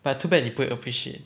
but too bad 你不会 appreciate